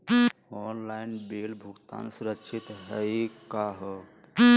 Online bill भुगतान सुरक्षित हई का हो?